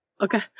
okay